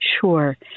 Sure